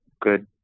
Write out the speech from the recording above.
good